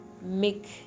make